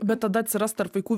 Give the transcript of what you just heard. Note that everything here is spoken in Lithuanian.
bet tada atsiras tarp vaikų